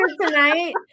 tonight